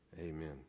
Amen